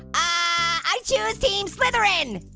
i choose team slytherin!